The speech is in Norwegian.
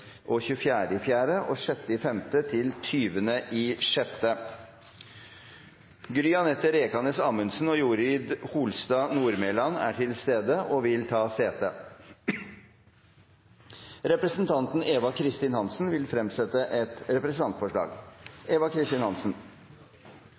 og 6. mai til 20. juni Gry-Anette Rekanes Amundsen og Jorid Holstad Nordmelan er til stede og vil ta sete. Representanten Eva Kristin Hansen vil fremsette et representantforslag.